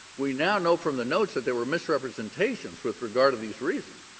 we now know from the notes that there were misrepresentations with regard to these reasons.